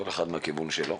כל אחד מהכיוון שלו.